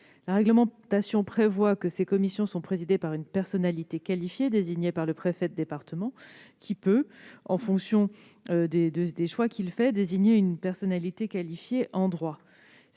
La réglementation prévoit que ces commissions sont présidées par une personnalité qualifiée désignée par le préfet de département. Dans ce cadre, ce dernier peut désigner une personnalité qualifiée en droit.